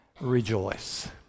rejoice